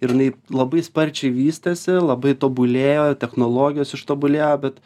ir jinai labai sparčiai vystėsi labai tobulėjo technologijos ištobulėjo bet